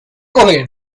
coger